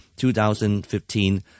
2015